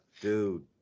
dude